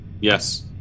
Yes